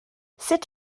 sut